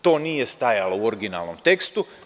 To nije stajalo u originalnom tekstu.